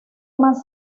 más